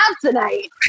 tonight